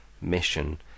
mission